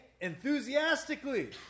enthusiastically